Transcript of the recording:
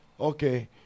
okay